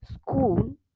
School